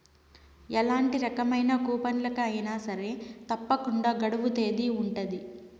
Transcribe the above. ఎలాంటి రకమైన కూపన్లకి అయినా సరే తప్పకుండా గడువు తేదీ ఉంటది